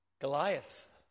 Goliath